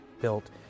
built